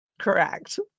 Correct